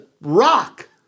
rock